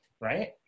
right